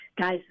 guys